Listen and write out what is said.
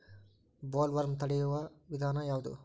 Bollworm ತಡಿಯು ವಿಧಾನ ಯಾವ್ದು?